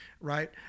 right